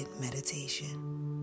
meditation